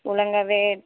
ஒழுங்காகவே